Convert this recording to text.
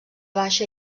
baixa